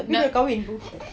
tapi dah kahwin tu